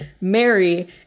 Mary